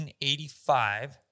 1985